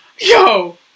Yo